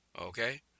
Okay